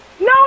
No